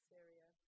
Syria